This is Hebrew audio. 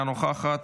אינה נוכחת,